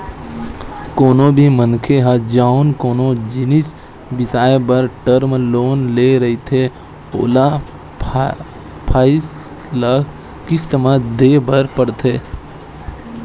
कोनो भी मनखे ह जउन कोनो जिनिस बिसाए बर टर्म लोन ले रहिथे ओला पइसा ल किस्ती म देय बर परथे